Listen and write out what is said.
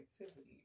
activity